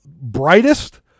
brightest